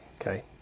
Okay